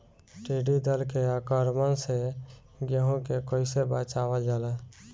टिडी दल के आक्रमण से गेहूँ के कइसे बचावल जाला?